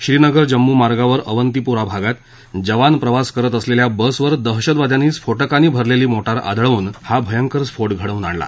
श्रीनगर जम्मू मार्गावर अवतीपूरा भागात जवान प्रवास करत असलेल्या बसवर दहशतवाद्यांनी स्फोटकांनी भरलेली मोटार आदळवून हा भयंकर स्फोट घडवून आणला